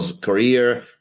career